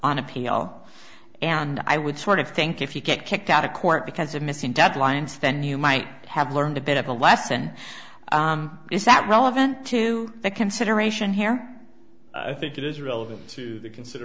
on appeal and i would sort of think if you get kicked out of court because of missing deadlines then you might have learned a bit of a lesson is that relevant to the consideration here i think it is relevant to consider